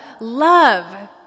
love